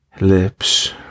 lips